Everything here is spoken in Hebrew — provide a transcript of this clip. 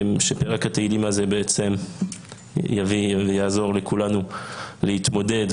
שפרק תהילים הזה בעצם יביא ויעזור לכולנו להתמודד,